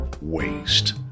waste